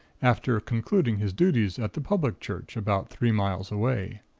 after concluding his duties at the public church about three miles away.